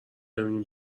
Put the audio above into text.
ببینیم